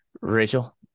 Rachel